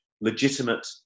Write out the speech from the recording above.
legitimate